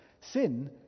Sin